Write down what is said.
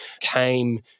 came